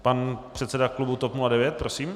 Pan předseda klubu TOP 09, prosím.